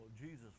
Jesus